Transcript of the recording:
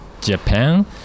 Japan